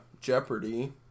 Jeopardy